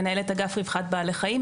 מנהלת אגף רווחת בעלי חיים,